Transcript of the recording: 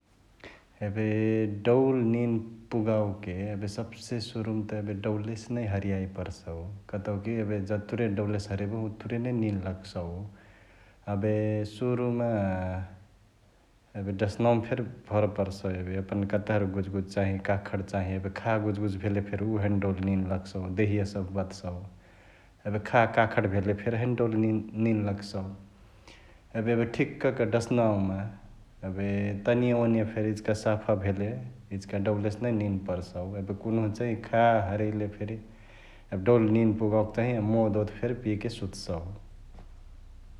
एबे डौल निंन पुगाओके एबे सब्से सुरुमा त एबे डौलेसे हर्याए परसउ कतौकी एबे जतुरे डौलेसे हरेबही उतुरे नै निंन लगसउ । एबे सुरुमा एबे डसनवा फेरी भर परसई एबे यापन कतहार गुजगुज चाँहि, काखट चाँही । एबे खा गुजगुज भेले फेरी हैनो डौल निंन लगसउ देहिया सभ बथसउ, एबे खा काखट भेले फेरी हैने डौल निंन लगसउ । एबे ठिकक्क डसनावामा एबे तनिया ओनिया फेरी इचिका साफा भेले इचिका डौलेसे नै निंन परसउ । एबे कुन्हु चैं खा हरैले फेरी एबे डौल निंन पुगओके तहिया मोदओद फेरी पिके सुतसउ ।